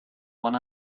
one